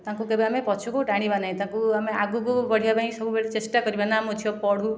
ତାଙ୍କୁ କେବେ ଆମେ ପଛକୁ ଟାଣିବା ନାହିଁ ତାଙ୍କୁ ଆମେ ଆଗକୁ ବଢ଼ିବା ପାଇଁ ସବୁବେଳେ ଚେଷ୍ଟା କରିବା ନା ମୋ ଝିଅ ପଢ଼ୁ